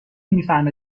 میفهمه